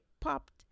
popped